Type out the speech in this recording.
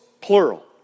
plural